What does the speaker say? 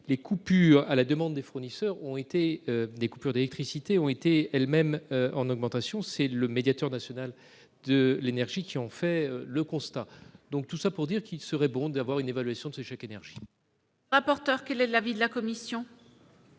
les coupures à la demande des fournisseurs ont été des coupures d'électricité ont été elles-mêmes en augmentation, c'est le médiateur national de l'énergie qui ont fait le constat, donc tout ça pour dire qu'il serait bon d'avoir une évaluation de ce chèque énergie. Un porteur qu'il est l'avis de la commission.